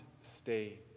stay